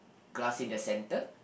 glass in the centre